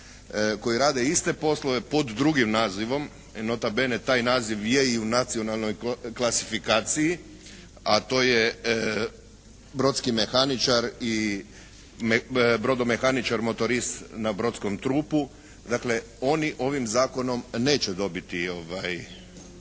koji rade iste poslove pod drugim nazivom. Nota bene taj naziv je i u nacionalnoj klasifikaciji a to je brodski mehaničar i brodomehaničar motorist na brodskom trupu. Dakle, oni ovim zakonom neće dobiti